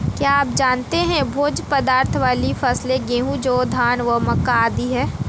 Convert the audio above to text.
क्या आप जानते है भोज्य पदार्थ वाली फसलें गेहूँ, जौ, धान व मक्का आदि है?